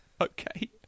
Okay